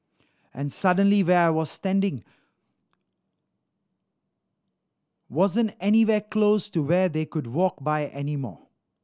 and suddenly where I was standing wasn't anywhere close to where they would walk by anymore